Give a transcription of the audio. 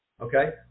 Okay